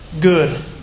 good